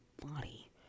body